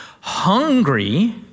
Hungry